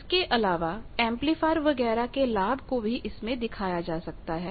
इसके अलावा एंपलीफायर वगैरह के लाभ को भी इसमें दिखाया जा सकता है